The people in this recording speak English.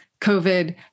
COVID